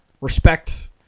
Respect